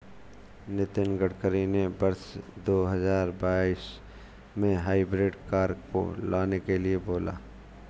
नितिन गडकरी ने वर्ष दो हजार बाईस में हाइब्रिड कार को लाने के लिए बोला